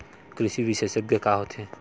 कृषि विशेषज्ञ का होथे?